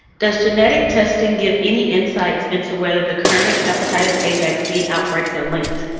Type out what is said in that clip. does genetic testing give any insights into whether the current hepatitis a vaccine outbreaks are linked?